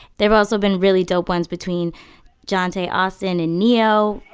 there have also been really dope ones between johnta austin and ne-yo.